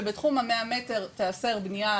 שבתחום 100 מטר תיאסר בנייה,